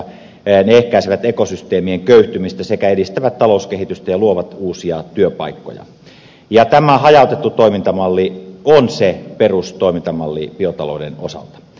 ne ehkäisevät ekosysteemien köyhtymistä sekä edistävät talouskehitystä ja luovat uusia työpaikkoja ja tämä hajautettu toimintamalli on se perustoimintamalli biotalouden osalta